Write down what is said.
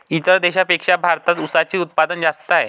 इतर देशांपेक्षा भारतात उसाचे उत्पादन जास्त आहे